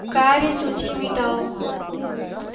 कार्य सूची मिटाओ